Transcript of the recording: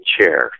chair